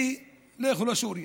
ולכו לסוריה,